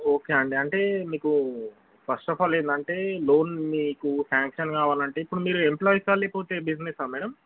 okay అండి అంటే మీకు ఫస్ట్ ఆఫ్ ఆల్ ఏంటంటే లోన్ మీకు శాంక్షన్ కావాలంటే ఇప్పుడు మీరు ఎంప్లాయిసా లేకపోతే బిజినెసా మేడం